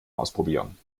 ausprobieren